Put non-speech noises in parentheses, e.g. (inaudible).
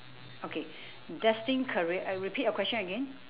okay (breath) destined career uh repeat your question again